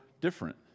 different